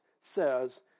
Says